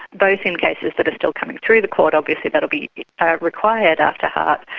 both in cases that are still coming through the court, obviously that will be required after hart,